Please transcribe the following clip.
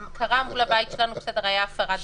מול הבית שלנו הייתה הפרת בידוד.